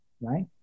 right